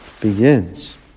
begins